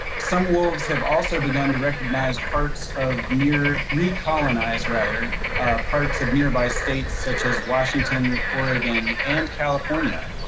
some wolves have also begun to recognize parts of near recolonized, rather parts of nearby states, such as washington, oregon and california.